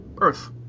Earth